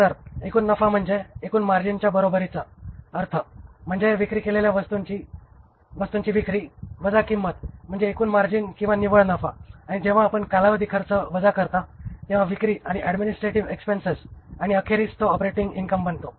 तर एकूण नफा म्हणजे एकूण मार्जिनच्या बरोबरीचा अर्थ म्हणजे विक्री केलेल्या वस्तूंची विक्री वजा किंमत म्हणजे एकूण मार्जिन किंवा निव्वळ नफा आणि जेव्हा आपण कालावधी खर्च वजा करता तेव्हा विक्री आणि ऍडमिनिस्ट्रेटिव्ह एक्सपेन्सेस आणि अखेरीस तो ऑपरेटिंग इनकम बनतो